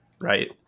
right